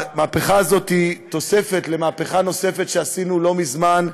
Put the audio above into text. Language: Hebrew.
המהפכה הזאת היא תוספת למהפכה נוספת שעשינו לא מזמן,